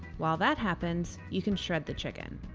while that happens, you can shred the chicken